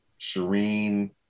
Shireen